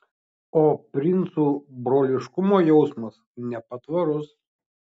o princų broliškumo jausmas nepatvarus